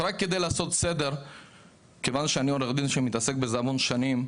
רק כדי לעשות סדר כיוון שאני עורך דין שמתעסק בזה המון שנים,